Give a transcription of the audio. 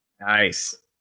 Nice